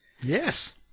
Yes